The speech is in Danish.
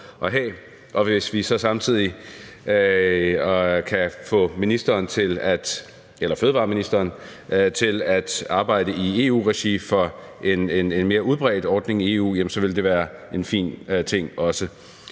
Og hvis vi så samtidig kan få fødevareministeren til at arbejde i EU-regi for en mere udbredt ordning i EU, ville det også være en fin ting.